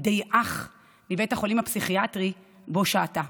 בידי אח מבית החולים הפסיכיאטרי שבו שהתה.